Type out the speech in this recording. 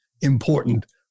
important